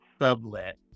sublet